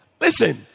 Listen